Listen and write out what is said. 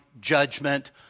judgment